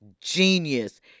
genius